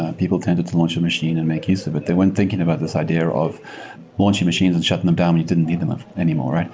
people tended to launch a machine and make use of it. they weren't thinking about this idea of launching machines and shutting them down when you didn't need them anymore.